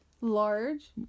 large